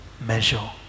measure